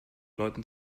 leuten